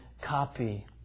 copy